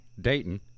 Dayton